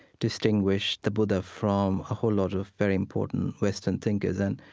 distinguished the buddha from a whole lot of very important western thinkers and,